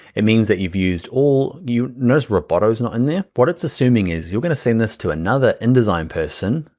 it means that you've used all, notice you know roboto's not in there? what it's assuming is you're gonna send this to another indesign person,